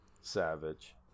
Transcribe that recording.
Savage